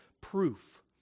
proof